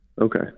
Okay